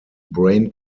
brain